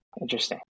Interesting